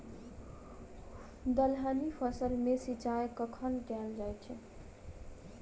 दलहनी फसल मे सिंचाई कखन कैल जाय छै?